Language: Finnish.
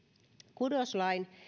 kudoslain